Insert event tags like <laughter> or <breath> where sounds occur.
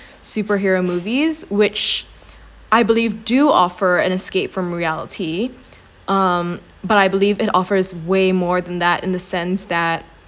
<breath> superhero movies which I believe do offer an escape from reality um but I believe it offers way more than that in the sense that